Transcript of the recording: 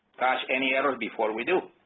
catch any errors before we do.